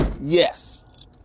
Yes